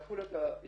לקחו לה את האישור.